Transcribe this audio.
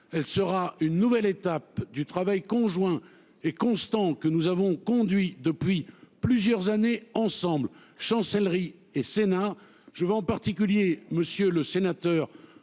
elle sera une nouvelle étape du travail conjoint est constant que nous avons conduit depuis plusieurs années ensemble chancelleries et Sénat. Je vais en particulier monsieur le sénateur,